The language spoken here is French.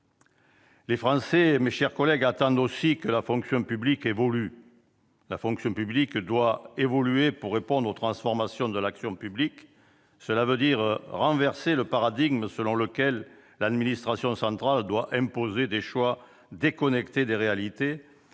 Les Français attendent aussi que la fonction publique évolue pour répondre aux transformations de l'action publique. Cela veut dire renverser le paradigme selon lequel l'administration centrale doit imposer des choix déconnectés des réalités,